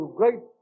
great